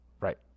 Right